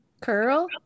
curl